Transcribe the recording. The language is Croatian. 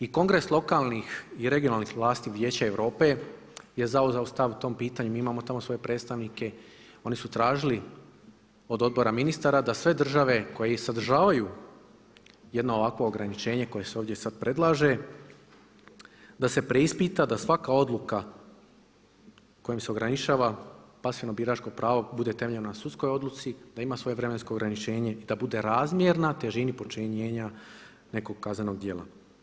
I kongres lokalnih i regionalnih vlasti Vijeća Europe je zauzelo stav po tom pitanju, mi imamo tamo svoje predstavnike, oni su tražili od odbora ministara da sve države koje i sadržavaju jedno ovakvo ograničenje koje se ovdje sada predlaže da se preispita da svaka odluka kojom se ograničava pasivno biračko pravo bude temeljeno na sudskoj odluci, da ima svoje vremensko ograničenje i da bude razmjerna težini počinjenja nekog kaznenog djela.